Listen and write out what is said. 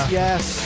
yes